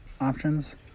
options